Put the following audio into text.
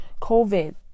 COVID